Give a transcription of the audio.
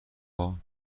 اقدام